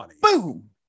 Boom